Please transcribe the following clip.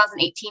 2018